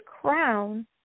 crown